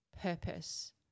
purpose